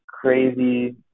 crazy